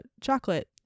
chocolate